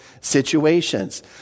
situations